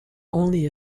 only